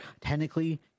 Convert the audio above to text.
technically